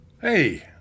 Hey